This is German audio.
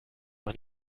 man